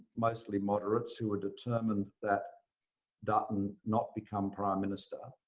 mostly moderates, who were determined that dutton not become prime minister.